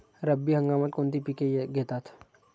रब्बी हंगामात कोणती पिके घेतात?